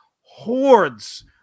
hordes